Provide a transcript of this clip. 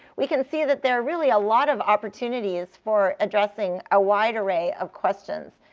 we can see that there are really a lot of opportunities for addressing a wide array of questions.